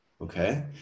okay